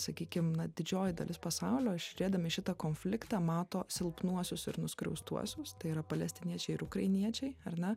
sakykim na didžioji dalis pasaulio žiūrėdami šitą konfliktą mato silpnuosius ir nuskriaustuosius tai yra palestiniečiai ir ukrainiečiai ar ne